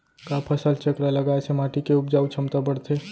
का फसल चक्र लगाय से माटी के उपजाऊ क्षमता बढ़थे?